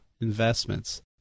investments